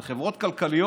אלו חברות כלכליות.